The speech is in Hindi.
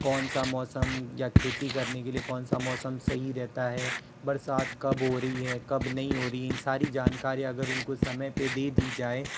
कौनसा मौसम या खेती करने के लिए कौनसा मौसम सही रहता है बरसात कब हो रही है कब नहीं हो रही इन सारी जानकारी अगर उनको समय पर दे दी जाए